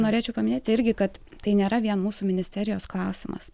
norėčiau paminėti irgi kad tai nėra vien mūsų ministerijos klausimas